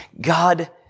God